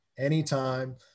anytime